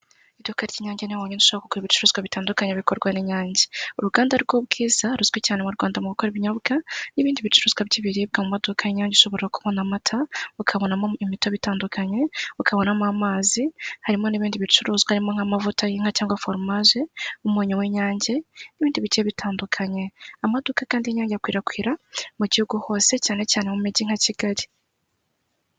Iduka ry'inyange ni ho honyine ushobora gukura ibicuruzwa bitandukanye bikorwa n'inyange. Uruganda rw'ubwiza ruzwi cyane mu Rwanda mu gukora ibinyobwa n'ibindi bicuruzwa by'ibiribwa mu maduka y'inyange ushobora kubona amata, ukabonamo imitobe itandukanye, ukabonamo amazi harimo n'ibindi bicuruzwa harimo nk'amavuta y'inka cyangwa foromaje, umunyu w'inyange n'ibindi bigiye bitandukanye. Amaduka kandi y'inyange akwirakwira mu gihugu hose, cyane cyane mu mijyi nka Kigali.